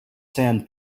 sand